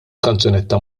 kanzunetta